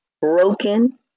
broken